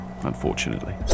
unfortunately